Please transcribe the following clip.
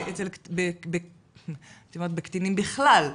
בקטינים בכלל,